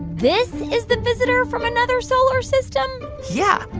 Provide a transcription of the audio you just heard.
this is the visitor from another solar system yeah,